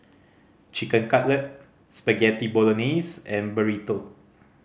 Chicken Cutlet Spaghetti Bolognese and Burrito